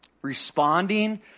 Responding